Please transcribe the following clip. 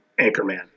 Anchorman